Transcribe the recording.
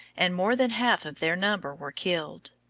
and more than half of their number were killed.